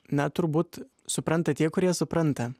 na turbūt supranta tie kurie supranta